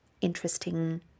interesting